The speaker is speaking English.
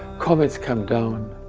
comets come down,